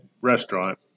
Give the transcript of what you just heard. restaurant